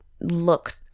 look